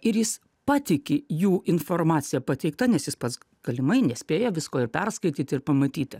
ir jis patiki jų informacija pateikta nes jis pats galimai nespėja visko ir perskaityti ir pamatyti